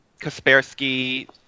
Kaspersky